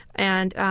and,